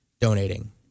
donating